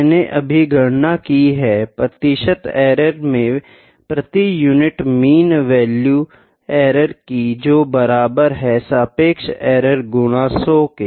मैंने अभी गणना की है प्रतिशत एरर में प्रति यूनिट मीन वैल्यू एरर की जो बराबर है सापेक्ष एरर गुना 100 के